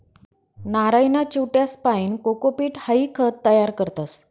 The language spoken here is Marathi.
नारयना चिवट्यासपाईन कोकोपीट हाई खत तयार करतस